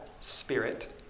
spirit